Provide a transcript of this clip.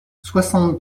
soixante